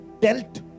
dealt